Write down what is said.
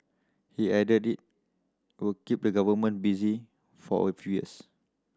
he added it will keep the government busy for a few years